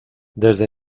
desde